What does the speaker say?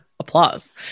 Applause